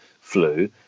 flu